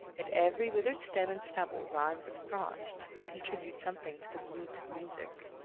and every withered stem and stubble rimed with frost, contribute something to the mute music.